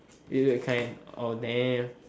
weird weird kind oh damn